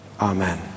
Amen